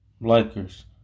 Lakers